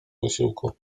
wysiłku